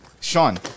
Sean